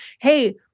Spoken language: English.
Hey